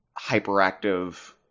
hyperactive